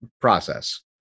process